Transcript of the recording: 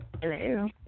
Hello